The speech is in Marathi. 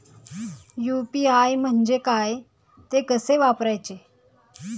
यु.पी.आय म्हणजे काय, ते कसे वापरायचे?